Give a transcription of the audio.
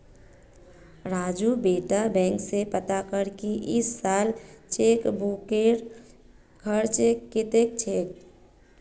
राजू बेटा बैंक स पता कर की इस साल चेकबुकेर खर्च कत्ते छेक